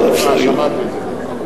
שמעת את זה.